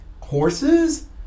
horses